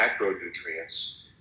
macronutrients